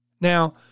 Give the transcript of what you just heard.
Now